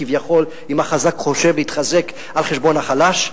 כביכול, אם החזק חושב להתחזק על חשבון החלש,